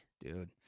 Dude